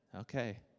Okay